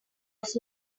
was